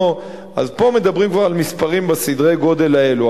פה מדברים כבר על מספרים בסדרי הגודל האלו.